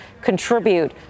contribute